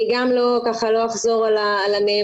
אני גם לא אחזור על הנאמר,